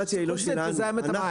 ויש קצף שיזהם את המים.